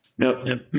No